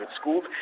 schools